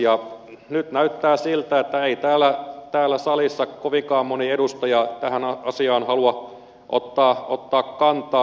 ja nyt näyttää siltä että ei täällä salissa kovinkaan moni edustaja tähän asiaan halua ottaa kantaa